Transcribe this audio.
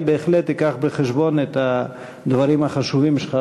ואני בהחלט אקח בחשבון את הדברים החשובים שלך,